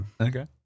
Okay